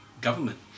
government